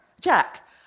Jack